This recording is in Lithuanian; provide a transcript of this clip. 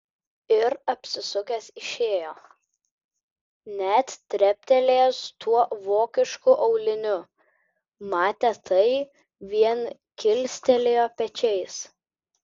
ir apsisukęs išėjo net treptelėjęs tuo vokišku auliniu matę tai vien kilstelėjo pečiais